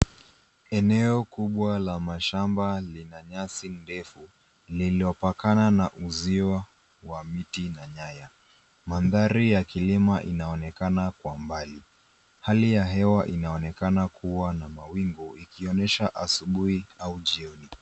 Eneo kubwa la mashamba lina nyasi ndefu lililopakana na uzio wa miti na nyaya. mandhari ya kilima inaonekana kwa mbali. Hali ya hewa inaonekana kuwa na mawingu ikionyesha asubuhi au jioni.